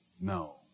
No